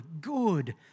good